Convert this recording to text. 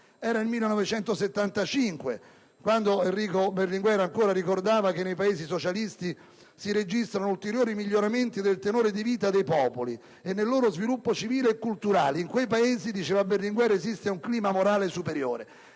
Era il 1975 quando Enrico Berlinguer ancora ricordava che «nei Paesi socialisti si registrano ulteriori miglioramenti del tenore di vita dei popoli e nel loro sviluppo civile e culturale. In quei Paesi», diceva Berlinguer, «esiste un clima morale superiore».